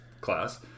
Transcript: class